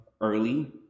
early